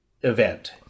event